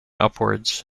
upwards